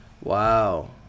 Wow